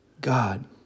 God